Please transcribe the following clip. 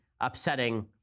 upsetting